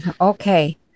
okay